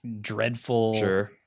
dreadful